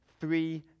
three